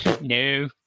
No